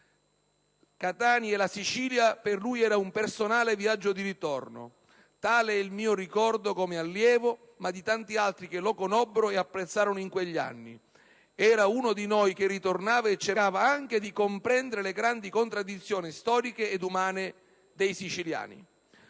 Catania e la Sicilia per lui erano un personale viaggio di ritorno. Tale è il mio ricordo come allievo, ma anche di tanti altri che lo conobbero e apprezzarono in quegli anni. Era uno di noi che ritornava e che cercava anche di comprendere le grandi contraddizioni storiche ed umane dei siciliani.